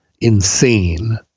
insane